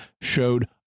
showed